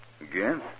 Again